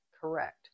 correct